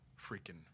freaking